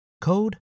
code